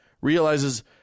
realizes